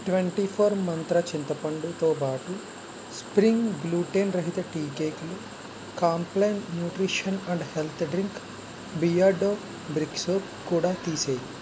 twenty four Mantra చింతపండుతో పాటు spring gluten రహిత టీ కేకులు Complan nutrition and health drink Beardo brick soap కూడా తీసేయి